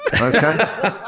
Okay